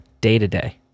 day-to-day